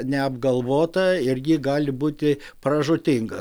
neapgalvota irgi gali būti pražūtinga